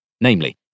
Namely